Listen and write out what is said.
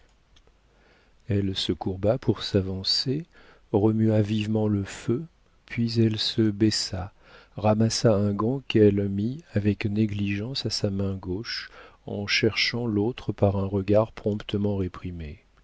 elle se courba pour s'avancer remua vivement le feu puis elle se baissa ramassa un gant qu'elle mit avec négligence à sa main gauche en cherchant l'autre par un regard promptement réprimé